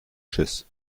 schiss